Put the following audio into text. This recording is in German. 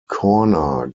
corner